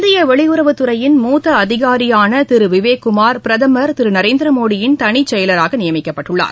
இந்திய வெளியுறவுத்துறையின் மூத்த அதிகாரியான திரு விவேக் குமார் பிரதமர் திரு நரேந்திர மோடியின் தனிச்செயலராக நியமிக்கப்பட்டுள்ளார்